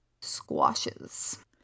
squashes